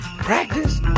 practice